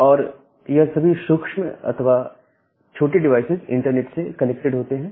और यह सभी सूक्ष्म या छोटे डिवाइसेज इंटरनेट से कनेक्टेड होते हैं